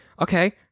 okay